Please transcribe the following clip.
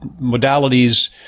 modalities